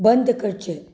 बंद करचें